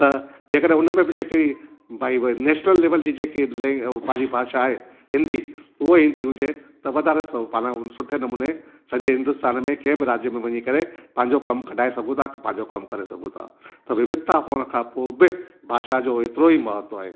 त जेकॾहिं उन्हनि खे बि जेकी भाई नेशनल लेवल जी जेकी पंहिंजी भाषा आहे हिंदी उहो ईंदी हुजे त वधारे सो पाण सुठे नमूने सॼे हिंदुस्तान में कंहिं बि राज्य में वञी करे पंहिंजो कमु कढाए सघूं था पंहिंजो कमु करे सघूं था त विविधता हुअण खां पोइ बि भाषा जो एतिरो ई महत्व आहे